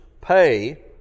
Pay